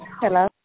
Hello